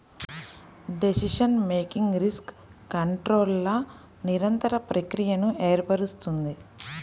decision making risk కంట్రోల్ల నిరంతర ప్రక్రియను ఏర్పరుస్తుంది